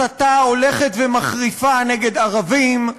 הסתה הולכת ומחריפה נגד ערבים,